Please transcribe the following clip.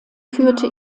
führte